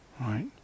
right